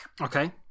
Okay